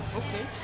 okay